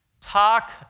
Talk